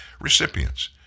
recipients